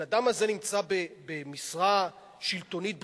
והאדם הזה נמצא במשרה שלטונית בכירה,